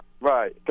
Right